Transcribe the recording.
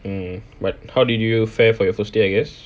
hmm but how did you fair for your first day I guess